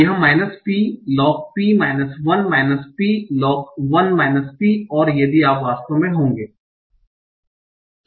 यह minus P log P minus 1 minus P log 1 minus P और यदि आप वास्तव में होंगे